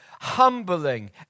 humbling